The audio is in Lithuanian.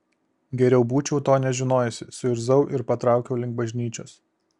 geriau būčiau to nežinojusi suirzau ir patraukiau link bažnyčios